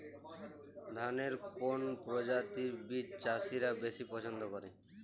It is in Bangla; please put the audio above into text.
ধানের কোন প্রজাতির বীজ চাষীরা বেশি পচ্ছন্দ করে?